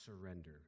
surrender